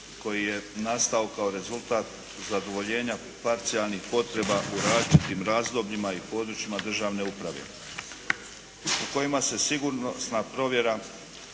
koji je nastao kao rezultat zadovoljenja parcijalnih potreba u različitim razdobljima i područjima državne uprave u kojima se sigurnosna provjera